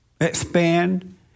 expand